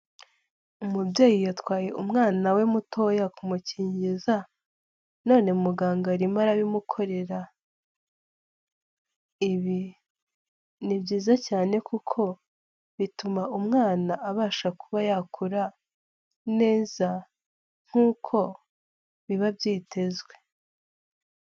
Umubyeyi yatwaye umwana we mutoya kumukingiza none muganga arimo arabimukorera. Ibi ni byiza cyane kuko bituma umwana abasha kuba yakura neza nk'uko biba byitezwe.